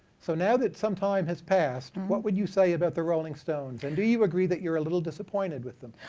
so now that some time has passed, what would you say about the rolling stones, and do you agree that you're a little disappointed with them?